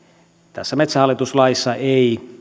tässä metsähallitus laissa ei